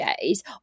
days